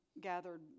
gathered